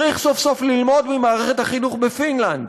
צריך סוף-סוף ללמוד ממערכת החינוך בפינלנד: